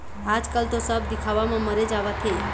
आजकल तो सब दिखावा म मरे जावत हें